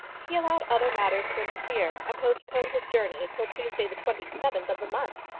he allowed other matters to interfere, and postponed his journey till tuesday the twenty seventh of the month.